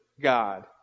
God